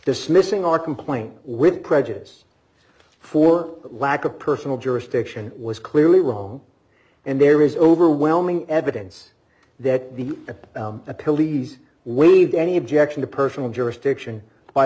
dismissing our complaint with prejudice for lack of personal jurisdiction was clearly wrong and there is overwhelming evidence that the police waived any objection to personal jurisdiction by